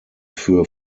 für